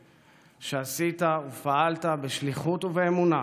על שעשית ופעלת בשליחות ובאמונה,